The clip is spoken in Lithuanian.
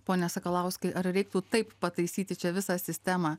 pone sakalauskai ar reiktų taip pataisyti čia visą sistemą